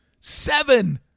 Seven